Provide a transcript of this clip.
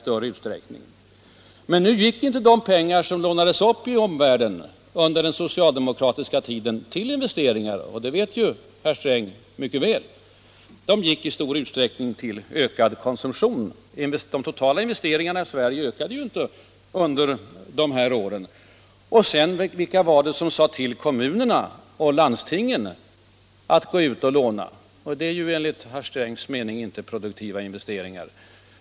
Men nu gick inte de pengar som lånades upp i omvärlden under den socialdemokratiska regeringen till investeringar, och det vet herr Sträng mycket väl. Lånen möjliggjorde i stor utsträckning ökad konsumtion. De totala investeringarna i Sverige ökade ju inte under de aktuella åren. Vilka var det som sade åt kommunerna och landstingen att låna utomlands? Där är det ju enligt herr Strängs mening inte fråga om produktiva investeringar.